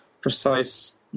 precise